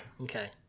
Okay